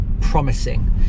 promising